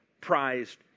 prized